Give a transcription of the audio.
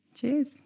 cheers